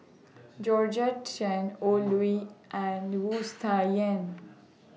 Georgette Chen Oi Lin and Wu Tsai Yen